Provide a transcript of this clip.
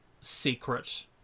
secret